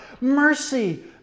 Mercy